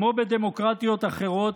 כמו בדמוקרטיות אחרות,